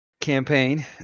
campaign